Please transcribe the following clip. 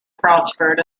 prospered